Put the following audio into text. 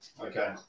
Okay